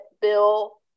bill